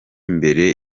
mbere